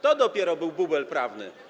To dopiero był bubel prawny.